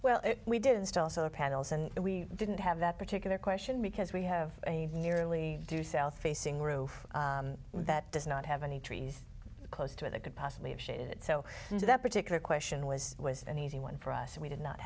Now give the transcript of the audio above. well we did install solar panels and we didn't have that particular question because we have a nearly due south facing roof that does not have any trees close to it that could possibly have shit so that particular question was an easy one for us and we did not